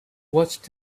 watched